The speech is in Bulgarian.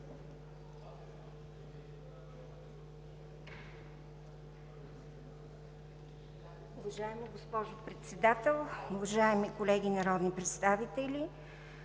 Уважаема госпожо Председател, уважаеми колеги народни представители!